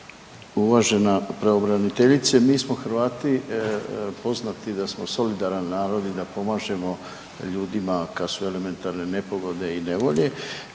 Uvažena pravobraniteljice mi smo Hrvati poznati da smo solidaran narod i da pomažemo ljudima kad su elementarne nepogode i nevolje,